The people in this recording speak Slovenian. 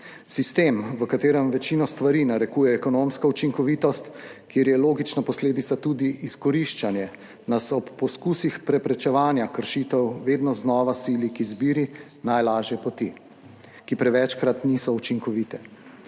Sistem, v katerem večino stvari narekuje ekonomska učinkovitost, kjer je logična posledica tudi izkoriščanje, nas ob poskusih preprečevanja kršitev vedno znova sili k izbiri najlažje poti, ki prevečkrat ni učinkovita,